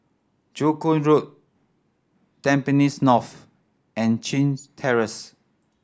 Joo Koon Road Tampines North and Chin Terrace